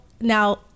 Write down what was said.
now